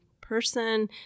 person